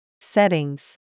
Settings